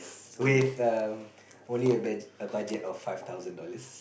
with um only a budget a budget of five thousand dollars